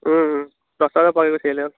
গুচি আহিলেই হ'ল